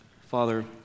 Father